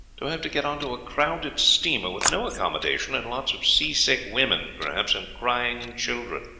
to have to get on to a crowded steamer, with no accommodation and lots of seasick women, perhaps, and crying children.